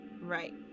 Right